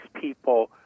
people